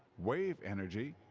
wave energy,